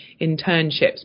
internships